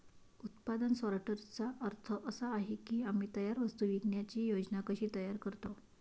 उत्पादन सॉर्टर्सचा अर्थ असा आहे की आम्ही तयार वस्तू विकण्याची योजना कशी तयार करतो